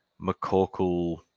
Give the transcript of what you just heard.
McCorkle